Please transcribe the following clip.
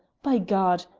by god!